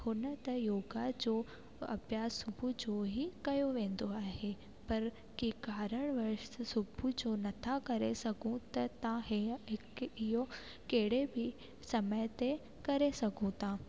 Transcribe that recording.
हुन त योगा जो अभ्यासु सुबुह जो ई कयो वेंदो आहे पर के कारण वर्ष सुबुह जो नथा करे सघूं त तव्हां हीअं हिकु इहो कहिड़े बि समय ते करे सघूं था